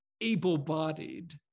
able-bodied